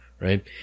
right